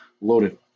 loaded